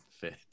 fit